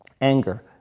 Anger